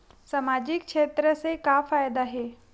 सामजिक क्षेत्र से का फ़ायदा हे?